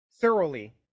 thoroughly